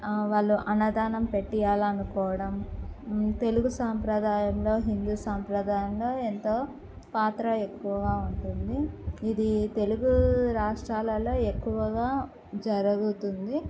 వాళ్ళు అన్నదానం పెట్టివ్వాలి అనుకోవడం తెలుగు సాంప్రదాయంలో హిందూ సాంప్రదాయంలో ఎంతో పాత్ర ఎక్కువగా ఉంటుంది ఇది తెలుగు రాష్ట్రాలలో ఎక్కువగా జరుగుతుంది